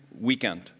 weekend